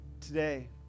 today